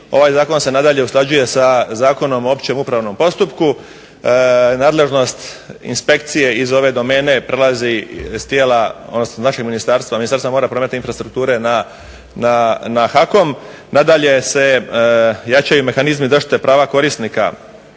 Ovaj zakon se nadalje usklađuje sa Zakonom o općem upravnom postupku. Nadležnost inspekcije iz ove domene prelazi iz tijela, odnosno našeg ministarstva – Ministarstva mora, prometa, infrastrukture na HAK-om. Nadalje se jačaju mehanizmi zaštite prava korisnika